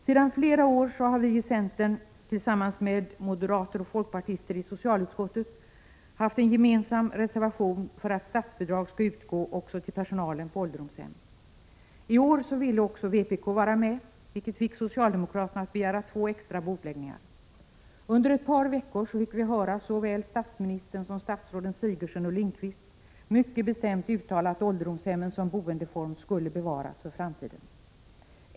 Sedan flera år har vi i centern tillsammans med moderater och folkpartister i socialutskottet haft en gemensam reservation för att statsbidrag skall utgå också till personalen på ålderdomshem. I år ville också vpk vara med, vilket fick socialdemokraterna att begära två extra bordläggningar. Under ett par veckor fick vi höra såväl statsministern som statsråden Sigurdsen och Lindqvist mycket bestämt uttala att ålderdomshemmen som boendeform skulle bevaras för framtiden.